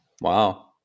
Wow